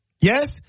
Yes